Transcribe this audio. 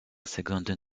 secondes